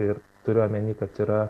ir turiu omeny kad yra